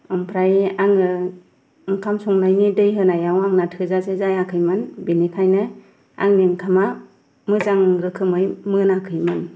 ओमफ्राय आङो ओंखाम संनायनि दै होनायाव आंना थोजासे जायाखैमोन बिनिखायनो आंनि ओंखामा मोजां रोखोमै मोनाखैमोन